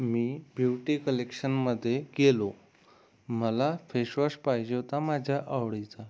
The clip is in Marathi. मी प्युटी कलेक्शनमध्ये गेलो मला फेश वॉश पाहिजे होता माझ्या आवडीचा